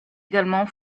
également